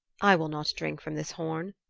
i will not drink from this horn.